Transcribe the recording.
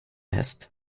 häst